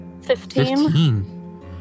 Fifteen